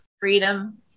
Freedom